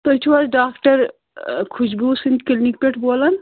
تُہۍ چھِو حظ ڈاکٹر خوشبوٗ سٕنٛدِ کِلنِک پٮ۪ٹھ بولان